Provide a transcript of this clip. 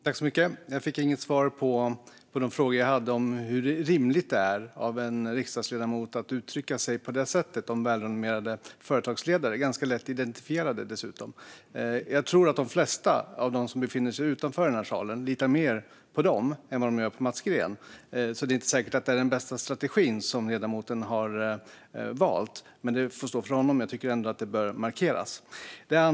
Herr talman! Jag fick inget svar på de frågor jag hade om hur rimligt det är av en riksdagsledamot att uttrycka sig på det sättet om välrenommerade företagsledare, ganska lätt identifierade dessutom. Jag tror att de flesta som befinner sig utanför denna sal litar mer på dem än på Mats Green. Det är inte säkert att det är den bästa strategin som ledamoten har valt, men det får stå för honom. Jag tycker ändå att det bör markeras.